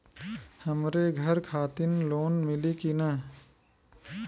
हमरे घर खातिर लोन मिली की ना?